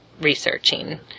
researching